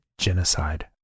genocide